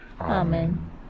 Amen